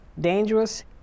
Dangerous